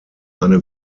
eine